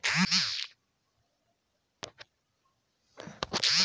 पीला मिट्टी कोने फसल के लिए अच्छा होखे ला?